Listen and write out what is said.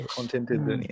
Contented